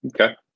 Okay